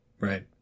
Right